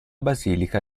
basilica